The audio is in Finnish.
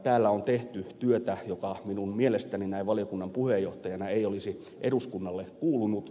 täällä on tehty työtä joka minun mielestäni näin valiokunnan puheenjohtajana ei olisi eduskunnalle kuulunut